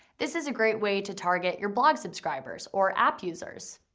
this is a great way to target your blog subscribers or app users.